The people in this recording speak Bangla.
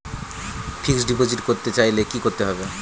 ফিক্সডডিপোজিট করতে চাইলে কি করতে হবে?